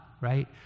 right